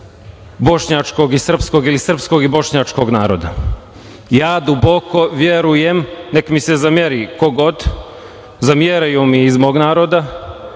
bošnjačkog i srpskog ili srpskog i bošnjačkog naroda. Ja duboko verujem, nek mi se zameri ko god, zameraju mi iz mog naroda,